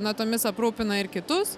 natomis aprūpina ir kitus